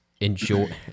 enjoy